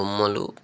బొమ్మలు